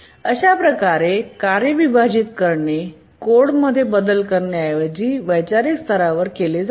अशा प्रकारे कार्य विभाजित करणे कोड मध्ये बदल करण्याऐवजी वैचारिक स्तरावर केले जाते